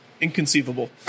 Inconceivable